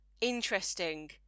interesting